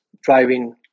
driving